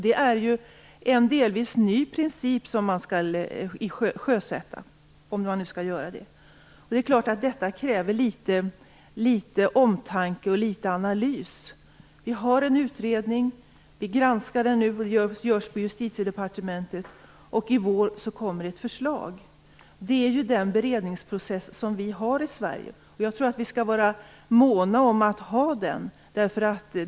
Det är en delvis ny princip som man skall sjösätta, om man nu skall göra det. Detta kräver litet omtanke och analys. Det finns en utredning. Den granskas nu på Justitiedepartementet. I vår kommer ett förslag. Det är den beredningsprocess som vi har i Sverige. Jag tror att vi skall vara måna om den.